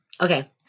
Okay